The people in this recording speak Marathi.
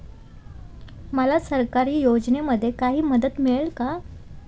मला सरकारी योजनेमध्ये काही मदत मिळेल का?